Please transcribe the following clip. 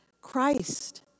Christ